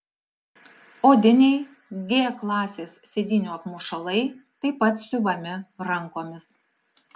odiniai g klasės sėdynių apmušalai taip pat siuvami rankomis